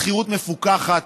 שכירות מפוקחת,